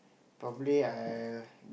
probably I